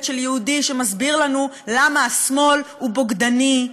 של יהודי שמסביר לנו למה השמאל הוא בוגדני,